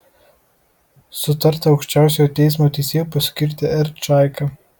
sutarta aukščiausiojo teismo teisėju paskirti r čaiką